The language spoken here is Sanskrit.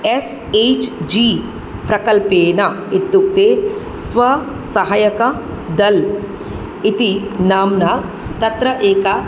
एस् एच् जी प्रकल्पेन इत्युक्ते स्वसहायक दल् इति नाम्ना तत्र एका